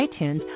iTunes